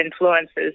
influences